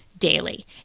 daily